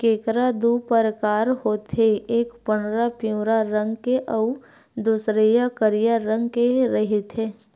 केंकरा दू परकार होथे एक पंडरा पिंवरा रंग के अउ दूसरइया करिया रंग के रहिथे